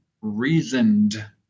reasoned